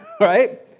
right